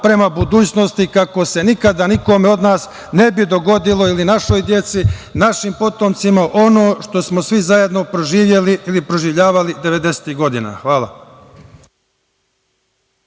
prema budućnosti, kako se nikome od nas ne bi dogodilo ili našoj deci, našim potomcima ono što smo svi zajedno proživeli ili proživljavali devedesetih godina. Hvala.